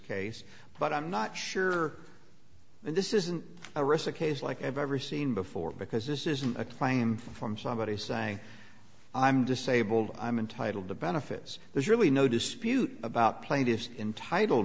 case but i'm not sure this isn't a rest a case like i've ever seen before because this isn't a claim from somebody saying i'm disabled i'm entitled to benefits there's really no dispute about plaintiff's entitle